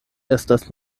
estas